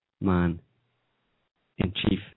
man-in-chief